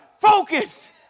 focused